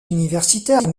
universitaires